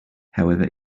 however